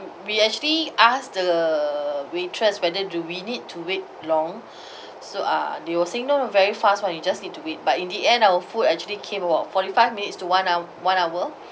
we actually asked the waitress whether do we need to wait long so uh they were saying no no very fast [one] you just need to wait but in the end our food actually came about forty five minutes to one hour one hour